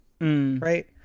right